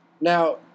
Now